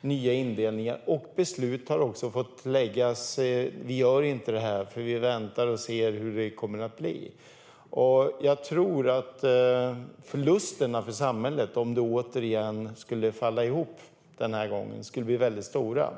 nya indelningar. Beslut har inte fattats eftersom man har sagt att man väntar och ser hur det kommer att bli. Jag tror att förlusterna för samhället, om detta återigen skulle falla ihop, skulle bli mycket stora.